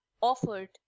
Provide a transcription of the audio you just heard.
offered